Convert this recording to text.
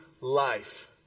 life